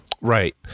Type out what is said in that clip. Right